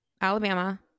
Alabama